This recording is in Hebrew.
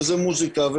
ומוזיקה,